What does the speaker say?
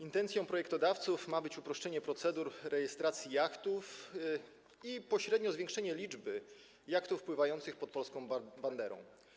Intencją projektodawców ma być uproszczenie procedur w zakresie rejestracji jachtów i, pośrednio, zwiększenie liczby jachtów pływających pod polską banderą.